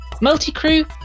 Multi-crew